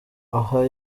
aha